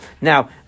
Now